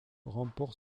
remporte